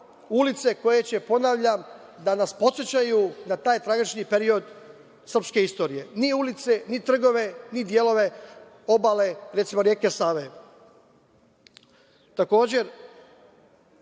ulice koje će, ponavljam, da nas podsećaju na taj tragični period srpske istorije, ni ulice, ni trgove, ni delove obale, recimo, reke Save. Takođe,